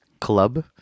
club